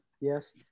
Yes